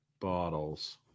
bottles